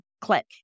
click